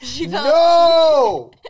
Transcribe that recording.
No